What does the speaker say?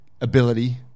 ability